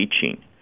teaching